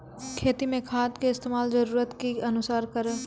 खेती मे खाद के इस्तेमाल जरूरत के अनुसार करऽ